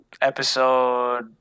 episode